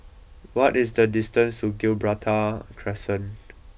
what is the distance to Gibraltar Crescent